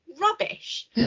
rubbish